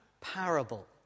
parable